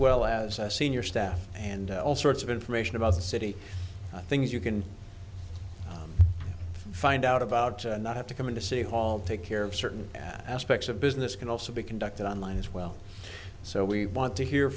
well as a senior staff and all sorts of information about the city things you can find out about not have to come into city hall take care of certain aspects of business can also be conducted on line as well so we want to hear